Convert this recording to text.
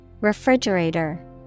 Refrigerator